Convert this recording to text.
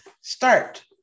start